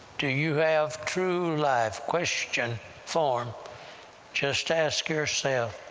do you have true life? question form just ask yourself,